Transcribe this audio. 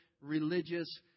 religious